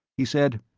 he said,